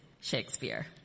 Shakespeare